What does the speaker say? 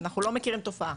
אנחנו לא מכירים תופעה.